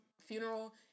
funeral